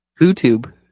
YouTube